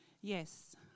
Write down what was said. Yes